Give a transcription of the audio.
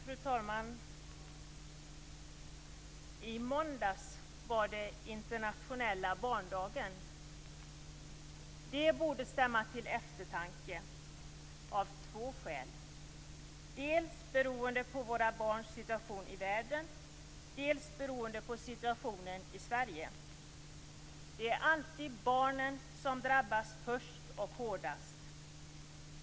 Fru talman! I måndags var det den internationella barndagen. Det borde stämma till eftertanke av två skäl, dels barns situation i världen, dels barnens situation i Sverige. Det är alltid barnen som drabbas först och hårdast.